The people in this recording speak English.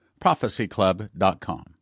Prophecyclub.com